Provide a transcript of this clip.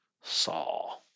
Saw